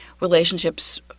relationships